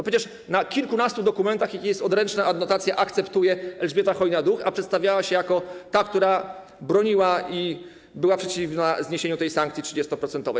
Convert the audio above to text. Przecież na kilkunastu dokumentach jest odręczna adnotacja: akceptuję, Elżbieta Chojna-Duch, a przedstawiała się jako ta, która broniła i była przeciwna zniesieniu sankcji 30-procentowej.